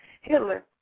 Hitler